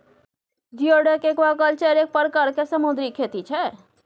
geoduck aquaculture एक परकार केर समुन्दरी खेती छै